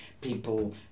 people